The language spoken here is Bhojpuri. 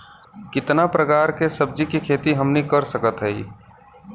कितना प्रकार के सब्जी के खेती हमनी कर सकत हई?